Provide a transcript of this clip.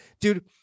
Dude